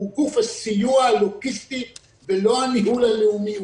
הוא גוף הסיוע הלוגיסטי ולא הניהול הלאומי.